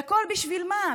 והכול בשביל מה?